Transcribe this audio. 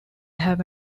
have